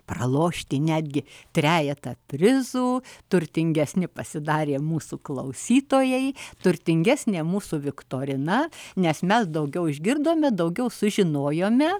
pralošti netgi trejetą prizų turtingesni pasidarė mūsų klausytojai turtingesnė mūsų viktorina nes mes daugiau išgirdome daugiau sužinojome